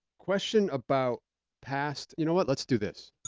question about past, you know what? let's do this.